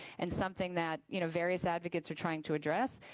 and something that you know various advocates are trying to address,